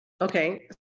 okay